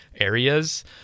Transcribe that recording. areas